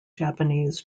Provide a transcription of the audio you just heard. japanese